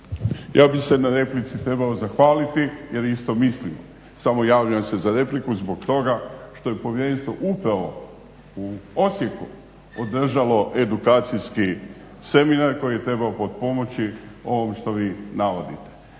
Ja bih se na replici trebao zahvaliti jer isto mislimo. Samo javljam se za repliku zbog toga što je povjerenstvo upravo u Osijeku održalo edukacijski seminar koji je trebao potpomoći ovom što vi navodite.